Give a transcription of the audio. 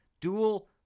dual